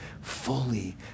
fully